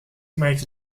makes